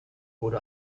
wurde